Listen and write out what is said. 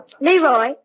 Leroy